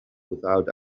without